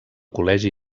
col·legi